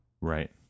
Right